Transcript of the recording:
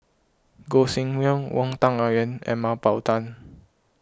Gog Sing Hooi Wang Dayuan and Mah Bow Tan